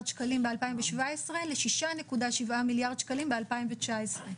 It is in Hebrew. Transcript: שקלים ב-2017 ל-6.7 מיליארד שקלים ב-2019.